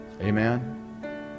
amen